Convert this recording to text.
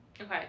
okay